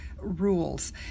rules